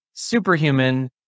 Superhuman